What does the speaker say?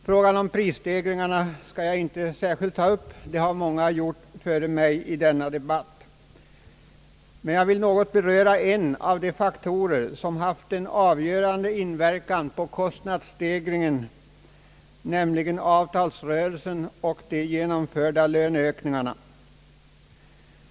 Frågan om prisstegringarna skall jag inte särskilt ta upp — det har många gjort före mig i denna debatt — men jag vill något beröra en av de faktorer, som haft en avgörande inverkan på kostnadsstegringen, nämligen avtalsrörelsen och de genomförda löneökningarna.